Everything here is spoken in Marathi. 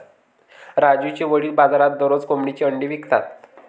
राजूचे वडील बाजारात दररोज कोंबडीची अंडी विकतात